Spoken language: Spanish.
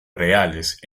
reales